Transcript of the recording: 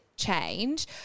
change